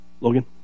Logan